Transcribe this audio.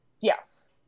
Yes